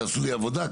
תעשו לי עבודה,